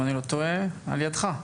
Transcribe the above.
אם אני לא טועה על ידך,